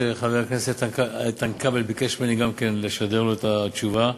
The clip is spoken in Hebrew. חבר הכנסת איתן כבל ביקש ממני גם לשדר לו את התשובה.